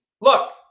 Look